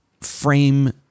frame